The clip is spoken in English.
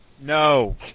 No